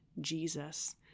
Jesus